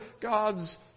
God's